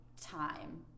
time